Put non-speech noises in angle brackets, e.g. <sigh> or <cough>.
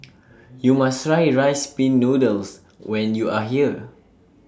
<noise> YOU must Try Rice Pin Noodles when YOU Are here